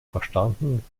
verstanden